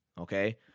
Okay